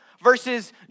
versus